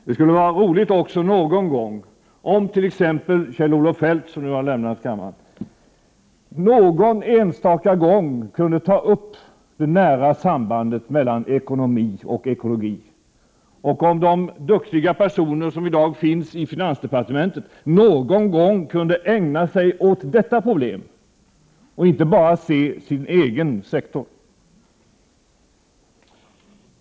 Det skulle vara roligt om också t.ex. Kjell-Olof Feldt, som nu har lämnat kammaren, någon enstaka gång kunde ta upp det nära sambandet mellan ekonomi och ekologi och om de duktiga personer som i dag finns i finansdepartementet någon gång kunde ägna sig åt detta problem och inte bara se till sin egen sektor.